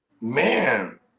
Man